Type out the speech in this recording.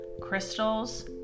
crystals